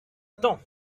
temps